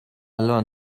learn